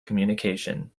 communication